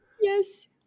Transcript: Yes